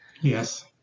Yes